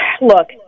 Look